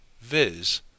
viz